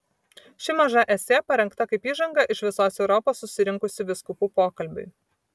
ši maža esė parengta kaip įžanga iš visos europos susirinkusių vyskupų pokalbiui